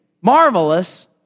marvelous